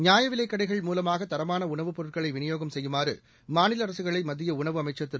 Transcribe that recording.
நியாயவிலைக்கடைகள் மூலமாக தரமான உணவுப் பொருட்களை விநியோகம் செய்யுமாறு மாநில அரசுகளை மத்திய உணவு அமைச்சர் திரு